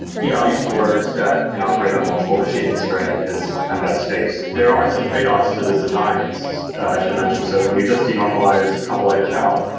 key value stores that can operate on multiple machines is kind of that space. there are some tradeoffs to this design, so i should mention. so when you just de-normalize a couple of edges out,